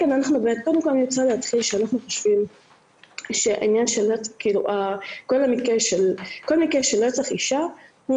אני רוצה קודם כל להתחיל שאנחנו חושבים שכל מקרה של רצח אישה הוא